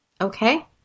Okay